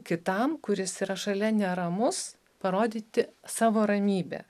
kitam kuris yra šalia neramus parodyti savo ramybę